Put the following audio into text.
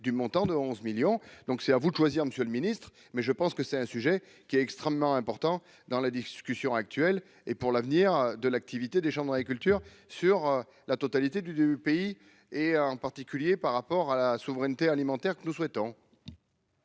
du montant de 11 millions donc c'est à vous de choisir Monsieur le Ministre, mais je pense que c'est un sujet qui est extrêmement important dans la discussion actuelle et pour l'avenir de l'activité des gens dans l'agriculture sur la totalité du pays et en particulier par rapport à la souveraineté alimentaire que nous souhaitons.